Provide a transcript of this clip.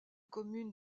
communes